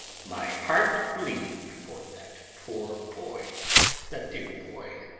my heart bleed for that poor boy that dear boy,